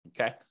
Okay